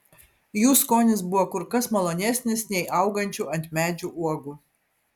jų skonis buvo kur kas malonesnis nei augančių ant medžių uogų